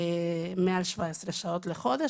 מעל 17 שעות לחודש,